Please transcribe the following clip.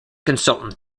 consultant